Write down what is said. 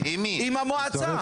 עם המועצה.